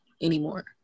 anymore